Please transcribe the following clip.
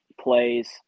plays